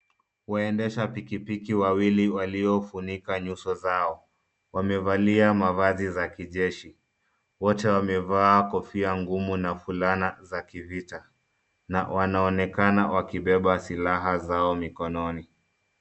Waendesha pikipiki wawili waliofunika nyuso zao. Wamevalia mavazi za kijeshi. Wote wamevaa kofia ngumu na fulana za kivita. Na wanaonekana wakibeba silaha zao mikononi.